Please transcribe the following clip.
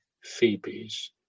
Phoebes